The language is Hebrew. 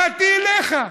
באתי אליך.